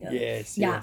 yes yes